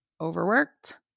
overworked